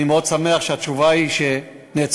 אני שמח מאוד שהתשובה היא שנעצרו.